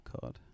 card